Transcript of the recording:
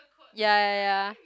ya ya ya